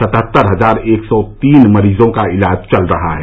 सतहत्तर हजार एक सौ तीन मरीजों का इलाज चल रहा है